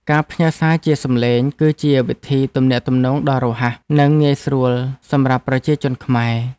ការផ្ញើសារជាសំឡេង គឺជាវិធីទំនាក់ទំនងដ៏រហ័ស និងងាយស្រួលសម្រាប់ប្រជាជនខ្មែរ។